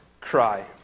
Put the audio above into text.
cry